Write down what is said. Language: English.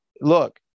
look